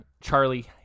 charlie